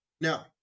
Now